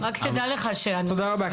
תודה רבה.